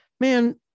man